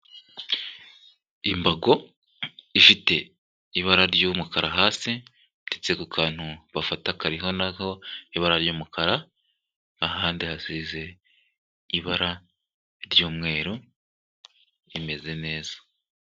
Imbago ifite ibara ry'umukara hasi, ndetse ku kantu bafata kariho naho ibara ry'umukara, ahandi hasize ibara ry'umweru, imeze neza.